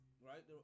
right